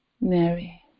Mary